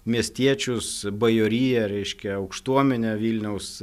miestiečius bajoriją reiškia aukštuomenę vilniaus